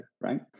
right